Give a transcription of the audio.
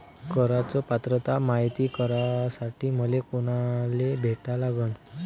कराच पात्रता मायती करासाठी मले कोनाले भेटा लागन?